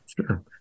Sure